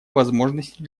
возможности